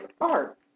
art